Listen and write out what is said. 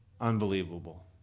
Unbelievable